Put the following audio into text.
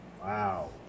Wow